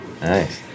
Nice